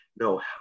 no